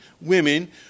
women